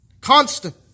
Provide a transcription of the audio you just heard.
Constant